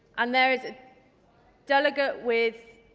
and delegate with.